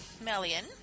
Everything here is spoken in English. Melian